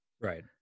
Right